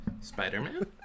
spider-man